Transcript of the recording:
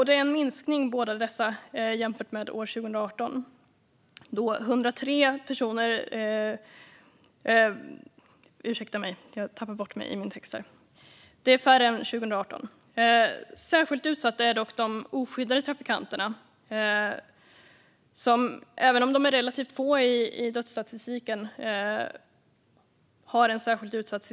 Det var en minskning i båda dessa grupper jämfört med 2018. Särskilt utsatta är de oskyddade trafikanterna, även om de är relativt få i dödsstatistiken.